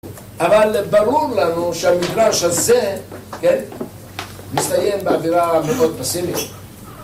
אבל ברור לנו שהמדרש הזה, כן, מסתיים באווירה מאוד פסימית